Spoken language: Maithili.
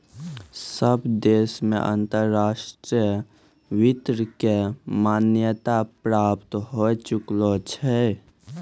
सब देश मे अंतर्राष्ट्रीय वित्त के मान्यता प्राप्त होए चुकलो छै